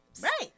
Right